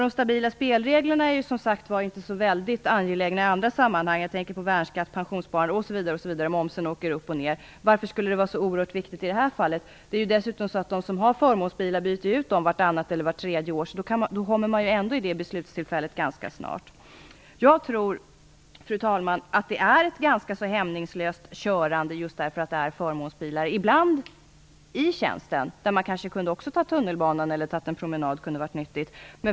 De stabila spelreglerna är som sagt inte så oerhört angelägna i andra sammanhang. Jag tänker på värnskatt, pensionssparande, osv. samt på att momsen åker upp och ned. Varför skulle det vara så oerhört viktigt i det här fallet? De som har förmånsbilar byter dessutom ut dem vartannat eller vart tredje år, så då kommer man ändå till det beslutstillfället ganska snart. Fru talman! Jag tror att det ibland pågår ett ganska hämningslöst körande i tjänsten med just förmånsbilar. Man kunde kanske i stället åka tunnelbana eller ta en promenad - det kunde vara nyttigt.